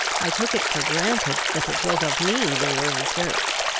i took it for granted that it was of me they were in search.